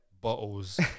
Bottles